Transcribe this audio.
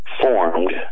formed